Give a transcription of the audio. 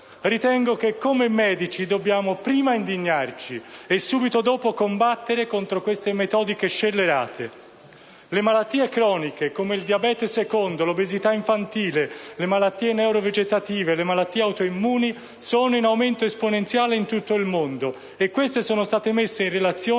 Ritengo che come medici dobbiamo prima indignarci e subito dopo combattere contro queste pratiche scellerate. Le malattie croniche (come il diabete di tipo 2, l'obesità infantile, le malattie neurovegetative e le malattie autoimmuni) sono in aumento esponenziale in tutto il mondo, e sono state messe in relazione